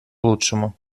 лучшему